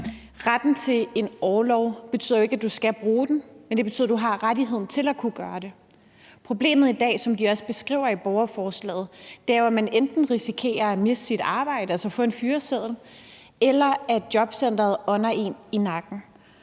Retten til orlov betyder jo ikke, at du skal bruge den, men det betyder, at du har ret til at gøre det. Problemet i dag, som de også beskriver i borgerforslaget, er jo, at man enten risikerer at miste sit arbejde, altså at få en fyreseddel, eller at jobcenteret ånder en i nakken.